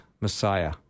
Messiah